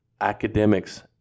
Academics